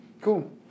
cool